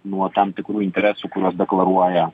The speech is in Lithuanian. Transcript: nuo tam tikrų interesų kuriuos deklaruoja